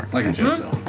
like a jail